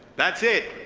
that's it.